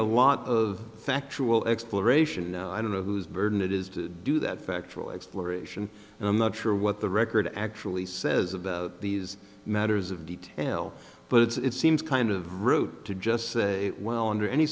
a lot of factual exploration and i don't know whose version it is to do that factual exploration and i'm not sure what the record actually says of these matters of detail but it's seems kind of rude to just say well under any